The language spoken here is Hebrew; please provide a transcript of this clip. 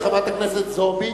חברת הכנסת ברקוביץ.